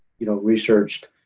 you know, researched.